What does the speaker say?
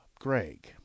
Greg